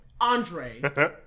Andre